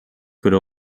could